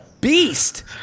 beast